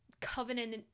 covenant